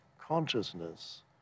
consciousness